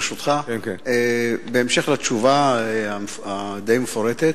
ברשותך: בהמשך לתשובה הדי-מפורטת,